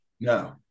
No